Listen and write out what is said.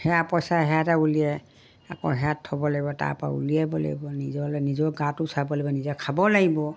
সেয়া পইচা সেয়াতে উলিয়াই আকৌ সেয়াত থ'ব লাগিব তাৰপৰা উলিয়াব লাগিব নিজলে নিজৰ গাটো চাব লাগিব নিজে খাব লাগিব